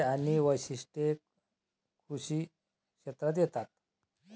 अनेक प्रकारची तंत्रे आणि वैशिष्ट्ये कृषी क्षेत्रात येतात